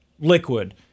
liquid